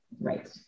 Right